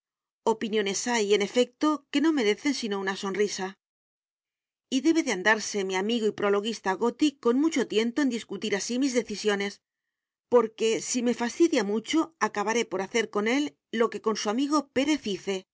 opiniones hay en efecto que no merecen sino una sonrisa y debe de andarse mi amigo y prologuista goti con mucho tiento en discutir así mis decisiones porque si me fastidia mucho acabaré por hacer con él lo que con su amigo